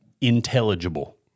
intelligible